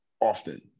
often